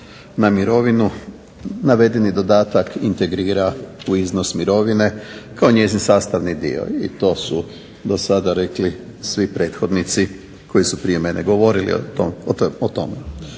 na mirovinu navedeni dodatak integrira u iznos mirovine kao njezin sastavni dio i to su do sada rekli svi prethodnici koji su prije mene govorili o tome.